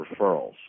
referrals